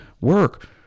Work